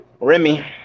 Remy